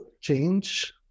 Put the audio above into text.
change